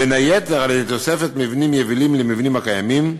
בין היתר על-ידי תוספת מבנים יבילים על המבנים הקיימים,